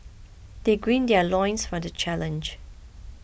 they gird their loins for the challenge